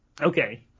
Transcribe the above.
Okay